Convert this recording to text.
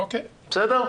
בסדר.